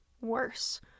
worse